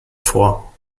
vor